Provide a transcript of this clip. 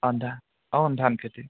অঁ ধা অঁ ধান খেতি